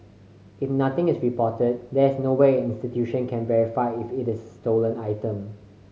if nothing is reported there is no way an institution can verify if it is a stolen item